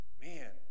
man